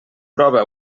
prova